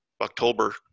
October